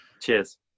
Cheers